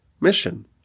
mission